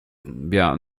bien